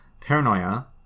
Paranoia